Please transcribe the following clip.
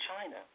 China